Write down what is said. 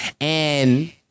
and-